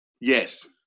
Yes